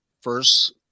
first